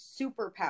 superpower